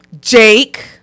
Jake